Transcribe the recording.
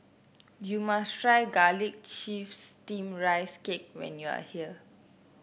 you must try Garlic Chives Steamed Rice Cake when you are here